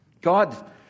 God